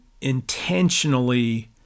intentionally